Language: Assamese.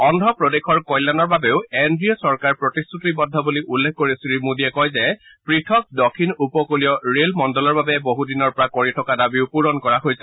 অদ্ধ প্ৰদেশৰ কল্যাণৰ বাবেও এন ডি এ চৰকাৰ প্ৰতিশ্ৰতিবদ্ধ বুলি উল্লেখ কৰি শ্ৰী মোদীয়ে কয় যে পৃথক দক্ষিণ উপকুলীয় ৰে'ল মণ্ডলৰ বাবে বহুদিনৰ পৰা কৰি থকা দাবীও পুৰণ কৰা হৈছে